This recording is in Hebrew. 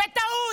בטעות.